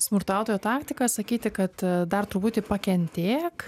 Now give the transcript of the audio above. smurtautojo taktika sakyti kad dar truputį pakentėk